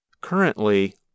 Currently